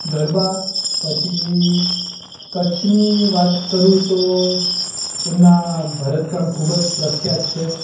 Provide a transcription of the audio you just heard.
ગરબા પછી કચ્છની વાત કરું તો એમનાં ભરતકામ ખૂબ જ પ્રખ્યાત છે